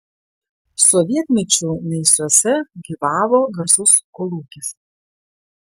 sovietmečiu naisiuose gyvavo garsus kolūkis